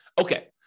Okay